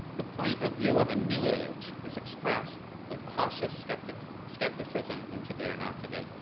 the point of view of a new age is expressed with cautious skepticism skepticism in to be or not to be,